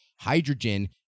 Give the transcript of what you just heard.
Hydrogen